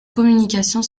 communication